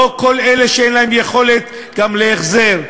לא כל אלה שאין להם יכולת גם להחזר,